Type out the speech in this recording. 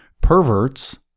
Perverts